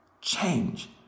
change